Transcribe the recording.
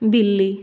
ਬਿੱਲੀ